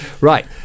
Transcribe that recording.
right